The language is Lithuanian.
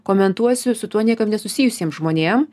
komentuosiu su tuo niekaip nesusijusiem žmonėm